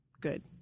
good